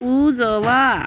उजवा